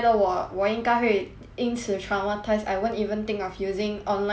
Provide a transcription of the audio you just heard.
因此 traumatize I won't even think of using online shopping for very long lah